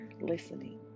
listening